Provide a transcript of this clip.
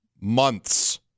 months